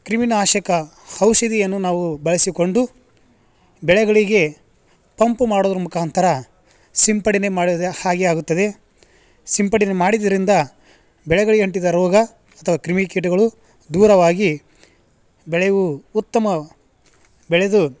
ಕ್ರಿಮಿನಾಶಕ ಔಷಧಿಯನು ನಾವು ಬಳಸಿಕೊಂಡು ಬೆಳೆಗಳಿಗೆ ಪಂಪು ಮಾಡೋದ್ರ ಮುಖಾಂತರ ಸಿಂಪಡನೆ ಮಾಡಿದ್ರೆ ಹಾಗೆ ಆಗುತ್ತದೆ ಸಿಂಪಡನೆ ಮಾಡಿದ್ದರಿಂದ ಬೆಳೆಗಳಿಗೆ ಅಂಟಿದ ರೋಗ ಅಥವಾ ಕ್ರಿಮಿಕೀಟಗಳು ದೂರವಾಗಿ ಬೆಳೆಯು ಉತ್ತಮ ಬೆಳೆದು